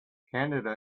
canada